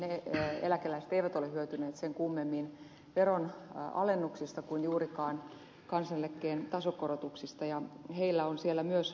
ne eläkeläiset eivät ole hyötyneet sen kummemmin veronalennuksista kuin juurikaan kansaneläkkeen tasokorotuksista ja heillä on siellä myös pärjäämisongelmaa